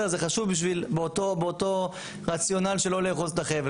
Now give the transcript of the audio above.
זה חשוב באותו רציונל שלא לאחוז את החבל.